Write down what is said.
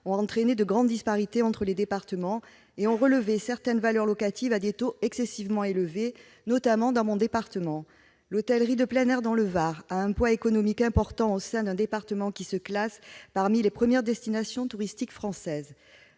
ont entraîné de grandes disparités entre les départements et relevé certaines valeurs locatives à des taux excessivement élevés, notamment dans mon département du Var. L'hôtellerie de plein air a un poids économique important au sein de ce département, qui se classe parmi les premières destinations touristiques françaises.